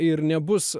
ir nebus